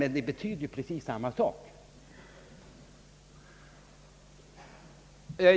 Men det betyder precis samma sak!